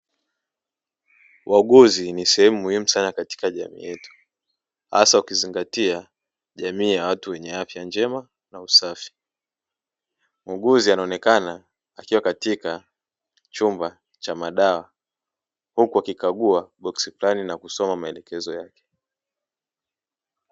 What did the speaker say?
Wauguzi ni sehemu muhimu sana katika jamii yetu, asa ukizingatia jamii ya watu wenye afya njema na safi. Muuguzi anaonekana akiwa katika chumba cha madawa huku akikagua boksi fulani na kusoma maelekezo yake.